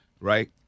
right